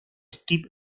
steve